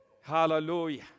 Hallelujah